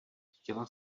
chtěla